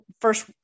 first